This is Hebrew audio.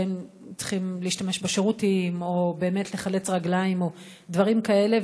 שצריכים להשתמש בשירותים או באמת לחלץ רגליים או דברים כאלה.